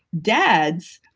dads,